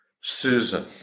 Susan